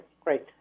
Great